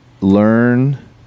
Learn